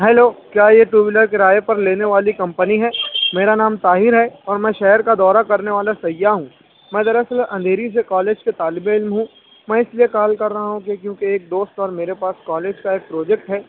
hello کیا یہ two wheeler کرائے پر لینے والی کمپنی ہے میرا نام طاہر ہے اور میں شہر کا دورہ کرنے والا سیاح ہوں میں در اصل اندھیری سے کالج کا طالب علم ہوں میں اس لیے کال کر رہا ہوں کہ کیونکہ ایک دوست اور میرے پاس کالج کا ایک پروجیکٹ ہے